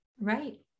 Right